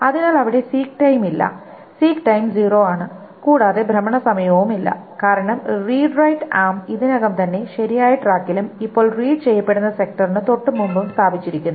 അതിനാൽ അവിടെ seek time ഇല്ല സീക് ടൈം 0 ആണ്കൂടാതെ ഭ്രമണ സമയവുമില്ല കാരണം റീഡ് റൈറ്റ് ആം ഇതിനകം തന്നെ ശരിയായ ട്രാക്കിലും ഇപ്പോൾ റീഡ് ചെയ്യപ്പെടുന്ന സെക്ടറിന് തൊട്ടുമുമ്പും സ്ഥാപിച്ചിരിക്കുന്നു